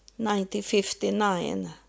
1959